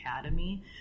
Academy